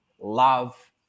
love